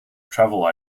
travel